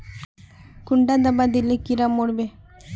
कुंडा दाबा दिले कीड़ा मोर बे?